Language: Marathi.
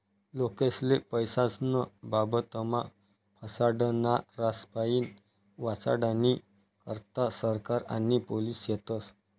लोकेस्ले पैसास्नं बाबतमा फसाडनारास्पाईन वाचाडानी करता सरकार आणि पोलिस शेतस